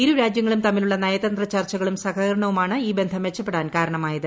ഇരു രാജൃങ്ങളും തമ്മിലുള്ള നയതന്ത്ര ചർച്ചുകളും സഹകരണവുമാണ് ഈ ബന്ധം മെച്ചപ്പെടാൻ കാരണമായത്